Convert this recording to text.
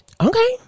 Okay